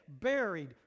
buried